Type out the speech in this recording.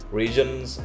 regions